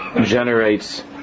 generates